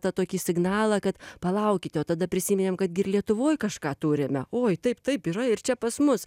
tą tokį signalą kad palaukite o tada prisiminėm kad gi ir lietuvoj kažką turime oi taip taip yra ir čia pas mus